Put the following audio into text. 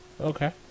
Okay